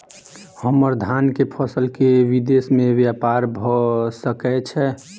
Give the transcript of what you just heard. हम्मर धान केँ फसल केँ विदेश मे ब्यपार भऽ सकै छै?